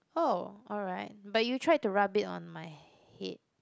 oh alright but you tried to rub it on my head